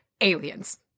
Aliens